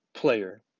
player